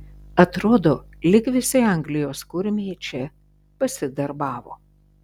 atrodo lyg visi anglijos kurmiai čia pasidarbavo